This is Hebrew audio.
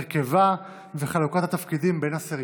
הרכבה וחלוקת התפקידים בין השרים.